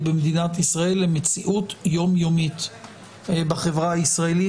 במדינת ישראל למציאות יומיומית בחברה הישראלית.